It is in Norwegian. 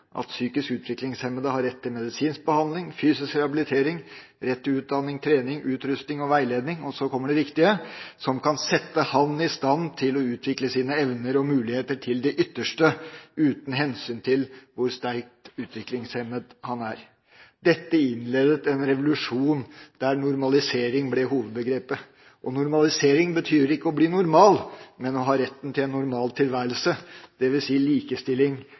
psykisk utviklingshemmede har rett til forsvarlig medisinsk behandling og fysisk rehabilitering og til utdannelse, trening, utrusting og veiledning» – og så kommer det viktige: «som kan sette ham i stand til å utvikle sine evner og muligheter til det ytterste, uten hensyn til hvor sterkt utviklingshemmet han er.» Dette innledet en revolusjon der «normalisering» ble hovedbegrepet. Normalisering betyr ikke å bli normal, men å ha rett til en normal tilværelse, dvs. likestilling